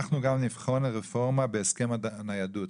אנחנו גם נבחן רפורמה בהסכם הניידות,